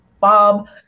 bob